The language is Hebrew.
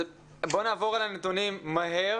בואי נעבור על הנתונים מהר